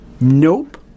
Nope